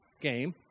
game